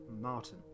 Martin